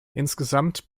insgesamt